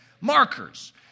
markers